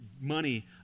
money